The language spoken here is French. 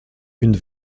une